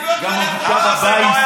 למה זה לא היה בהתחלה?